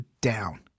down